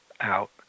out